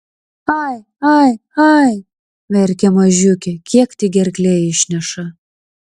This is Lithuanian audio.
ai ai ai verkia mažiukė kiek tik gerklė išneša